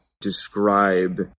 describe